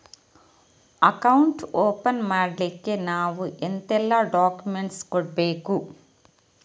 Account open ಮಾಡ್ಲಿಕ್ಕೆ ನಾವು ಎಂತೆಲ್ಲ ಡಾಕ್ಯುಮೆಂಟ್ಸ್ ಕೊಡ್ಬೇಕು?